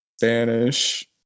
Spanish